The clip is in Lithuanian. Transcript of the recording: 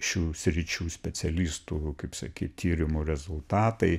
šių sričių specialistų kaip sakyt tyrimų rezultatai